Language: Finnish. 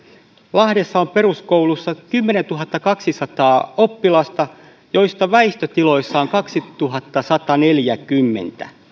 lahdessa on peruskoulussa kymmenentuhattakaksisataa oppilasta joista väistötiloissa on kaksituhattasataneljäkymmentä